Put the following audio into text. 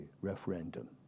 referendum